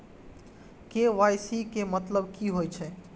KYC के मतलब की होई छै?